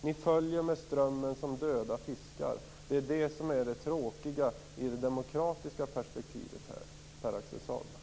Ni följer med strömmen som döda fiskar. Det är det som är det tråkiga ur det demokratiska perspektivet, Pär-Axel Sahlberg.